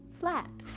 flat.